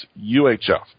UHF